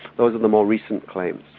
those are the more recent claims.